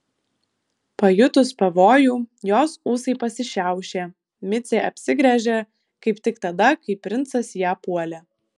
pajutus pavojų jos ūsai pasišiaušė micė apsigręžė kaip tik tada kai princas ją puolė